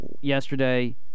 Yesterday